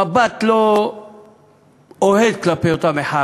מבט לא אוהד כלפי אותה מחאה,